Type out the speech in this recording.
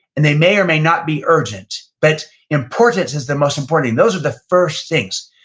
and they may or may not be urgent, but important since they're most important. and those are the first things.